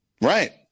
Right